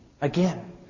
Again